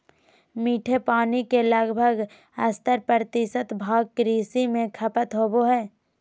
मीठे पानी के लगभग सत्तर प्रतिशत भाग कृषि में खपत होबो हइ